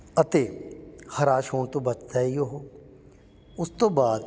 ਅਤੇ ਹਰਾਸ਼ ਹੋਣ ਤੋਂ ਬੱਚਦਾ ਹੈ ਜੀ ਉਹ ਉਸ ਤੋਂ ਬਾਅਦ